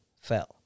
fell